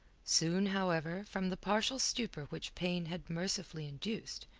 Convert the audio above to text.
soon, however, from the partial stupor which pain had mercifully induced,